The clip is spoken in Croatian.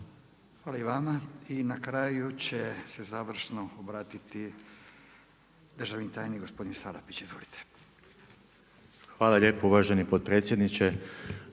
Hvala i vama. I na kraju će se završno obratiti državni tajnik gospodin Salapić. Izvolite. **Salapić, Josip (HDSSB)** Hvala lijepo uvaženi potpredsjedniče,